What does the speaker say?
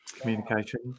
communication